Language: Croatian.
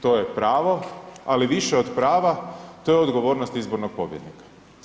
To je pravo, ali više od prava to je odgovornost izbornog pobjednika.